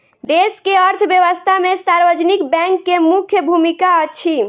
देश के अर्थव्यवस्था में सार्वजनिक बैंक के मुख्य भूमिका अछि